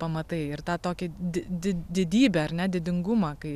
pamatai ir tą tokį di di didybę ar ne didingumą kai